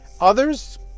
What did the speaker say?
Others